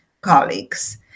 colleagues